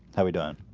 how we doing?